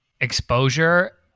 exposure